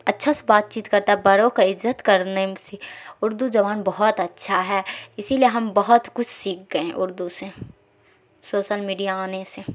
اچھا سے بات چیت کرتا ہے بڑوں کا عزت کرنے سے اردو زبان بہت اچھا ہے اسی لیے ہم بہت کچھ سیکھ گئے ہیں اردو سے سوسل میڈیا آنے سے